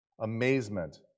Amazement